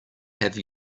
have